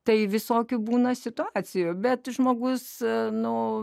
tai visokių būna situacijų bet žmogus nu